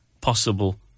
possible